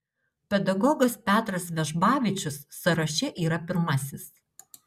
pedagogas petras vežbavičius sąraše yra pirmasis